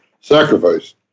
sacrifice